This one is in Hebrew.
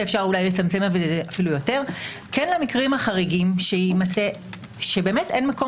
לצמצם יותר למקרים החריגים שאין בהם מקום